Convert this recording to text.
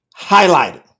highlighted